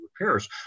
repairs